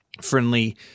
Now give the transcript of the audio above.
friendly